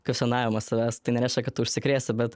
kvesionavimas savęs tai nereiškia kad užsikrėsti bet